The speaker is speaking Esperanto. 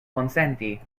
konsenti